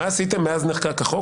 ומה עשיתם מאז נחקק החוק?